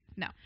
No